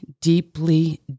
deeply